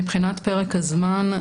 מבחינת פרק הזמן,